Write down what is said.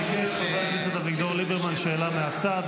ביקש חבר הכנסת אביגדור ליברמן שאלה מהצד.